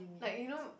like you know